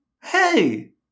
Hey